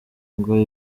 ngo